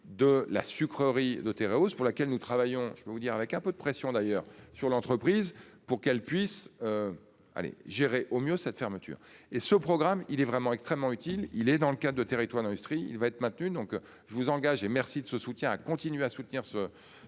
de la sucrerie de Téréos pour laquelle nous travaillons, je peux vous dire avec un peu de pression, d'ailleurs sur l'entreprise pour qu'elle puisse. Aller gérer au mieux cette fermeture et ce programme il est vraiment extrêmement utile, il est dans le cas de territoires d'industrie il va être maintenu, donc je vous engage et merci de ce soutien à continuer à soutenir ce ce